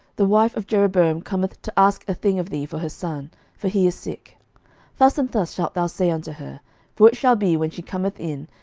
the wife of jeroboam cometh to ask a thing of thee for her son for he is sick thus and thus shalt thou say unto her for it shall be, when she cometh in,